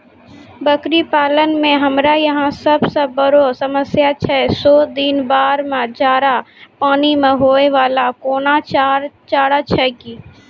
बकरी पालन मे हमरा यहाँ सब से बड़ो समस्या छै सौ दिन बाढ़ मे चारा, पानी मे होय वाला कोनो चारा छै कि?